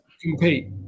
compete